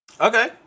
Okay